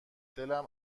دلم